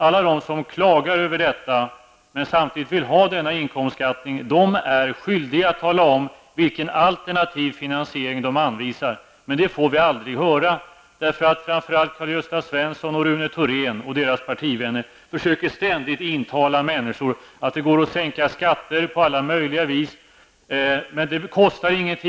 Alla som klagar över detta, men samtidigt vill ha denna inkomstskattesänkning, är skyldiga att tala om vilken alternativ finansiering de har att anvisa. Men det får vi aldrig höra, därför att framför allt Karl-Gösta Svenson, Rune Thorén och deras partivänner ständigt försöker intala människor att det går att säkra skatter på alla möjliga vis utan att det kostar någonting.